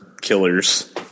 Killers